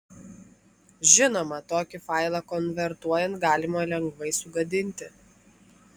žinoma tokį failą konvertuojant galima lengvai sugadinti